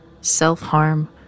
self-harm